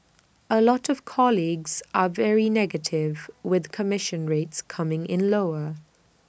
A lot of colleagues are very negative with commission rates coming in lower